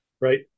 Right